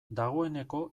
dagoeneko